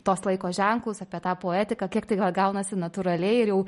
tuos laiko ženklus apie tą poetiką kiek tai gal gaunasi natūraliai ir jau